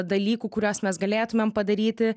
dalykų kuriuos mes galėtumėm padaryti